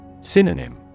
Synonym